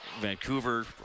Vancouver